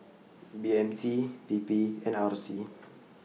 B M T P P and R C